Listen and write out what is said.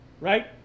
right